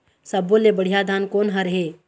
सब्बो ले बढ़िया धान कोन हर हे?